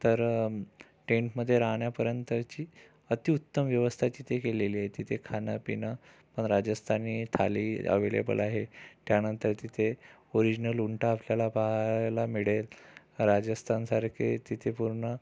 तर टेंटमध्ये राहण्यापर्यंतची अतिउत्तम व्यवस्था तिथे केलेली आहे तिथे खाणं पिणं राजस्थानी थाली अवेलेबल आहे त्यानंतर तिथे ओरिजनल उंट आपल्याला पाहायला मिळेल राजस्थानसारखे तिथे पूर्ण